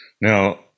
Now